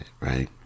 right